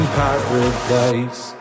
paradise